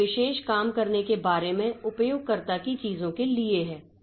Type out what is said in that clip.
तो यह एक विशेष काम करने के बारे में उपयोगकर्ता की चीजों के लिए है